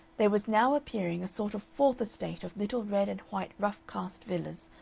there was now appearing a sort of fourth estate of little red-and-white rough-cast villas,